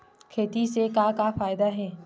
खेती से का का फ़ायदा हे?